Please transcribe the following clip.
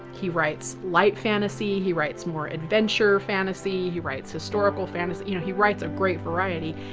he writes light fantasy, he writes more adventure fantasy, he writes historical fantasy you know he writes a great variety.